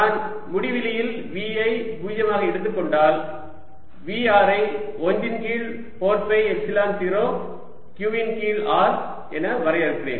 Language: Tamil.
நான் முடிவிலியில் V ஐ 0 ஆக எடுத்துக் கொண்டால் V r ஐ 1 இன் கீழ் 4 பை எப்சிலன் 0 q இன் கீழ் r என வரையறுக்கிறேன்